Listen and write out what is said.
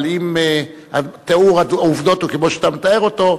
אבל אם תיאור העובדות הוא כמו שאתה מתאר אותו,